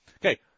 okay